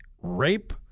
rape